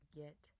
get